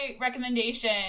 recommendation